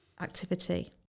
activity